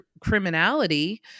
criminality